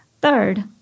Third